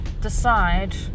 decide